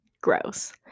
gross